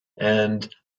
and